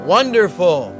Wonderful